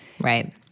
Right